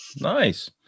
Nice